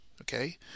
Okay